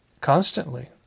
constantly